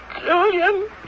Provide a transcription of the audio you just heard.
Julian